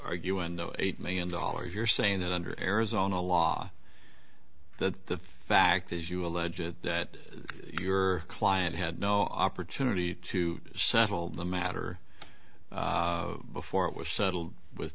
arguing no eight million dollars you're saying that under arizona law the fact as you allege that your client had no opportunity to settle the matter before it was settled with